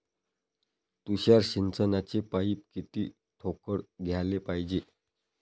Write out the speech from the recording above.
तुषार सिंचनाचे पाइप किती ठोकळ घ्याले पायजे?